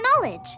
knowledge